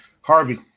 Harvey